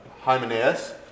Hymenaeus